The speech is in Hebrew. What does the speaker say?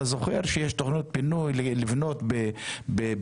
אתה זוכר שיש תוכניות בינוי, לבנות במגידו,